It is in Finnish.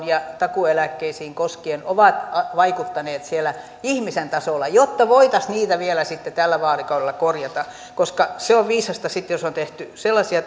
ja takuueläkkeitä koskien ovat vaikuttaneet siellä ihmisen tasolla jotta voitaisiin niitä vielä tällä vaalikaudella korjata koska jos on tehty sellaisia